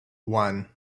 one